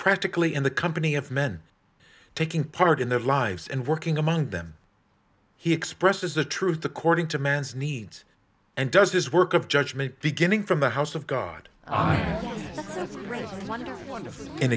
practically in the company of men taking part in their lives and working among them he expresses the truth according to man's needs and does his work of judgement beginning from the house of god